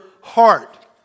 heart